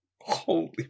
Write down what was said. Holy